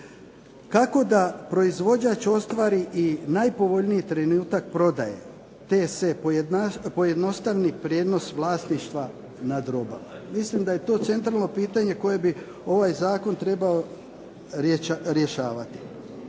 Kako da proizvođač ostvari i najpovoljniji trenutak prodaje te se pojednostavi prijenos vlasništva nad robama. Mislim da je to centralno pitanje koje bi ovaj zakon trebao rješavati.